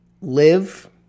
live